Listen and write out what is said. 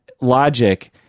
logic